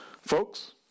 Folks